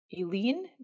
eileen